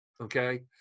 Okay